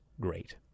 great